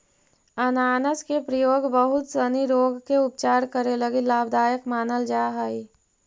अनानास के प्रयोग बहुत सनी रोग के उपचार करे लगी लाभदायक मानल जा हई